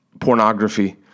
pornography